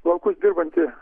laukus dirbanti